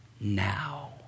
now